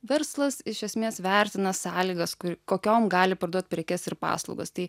verslas iš esmės vertina sąlygas kokiom gali parduot prekes ir paslaugas tai